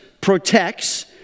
protects